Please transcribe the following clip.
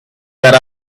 that